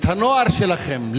את הנוער שלכם,